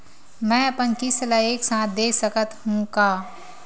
मै अपन किस्त ल एक साथ दे सकत हु का?